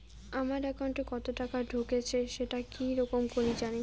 আমার একাউন্টে কতো টাকা ঢুকেছে সেটা কি রকম করি জানিম?